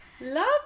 love